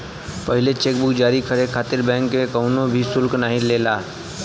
पहिला cheque book जारी करे खातिर बैंक कउनो भी शुल्क नाहीं लेला